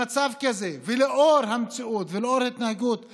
במצב כזה, לנוכח המציאות ולנוכח התנהגות הממשלה,